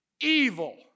evil